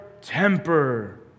temper